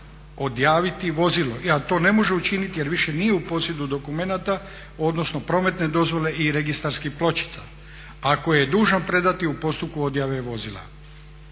odjaviti vozilo a to ne može učiniti jer više nije u posjedu dokumenta odnosno prometne dozvole i registarskih pločica, a koje je dužan predati u postupku odjave vozila.